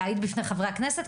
להעיד בפני חברי הכנסת,